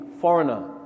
foreigner